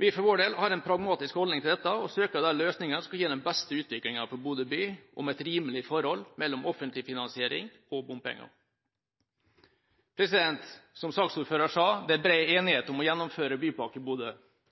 Vi for vår del har en pragmatisk holdning til dette og søker løsninger som kan gi den beste utviklingen for Bodø by, og med et rimelig forhold mellom offentlig finansiering og bompenger. Som saksordføreren sa, det er bred enighet om å gjennomføre Bypakke Bodø,